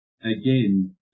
again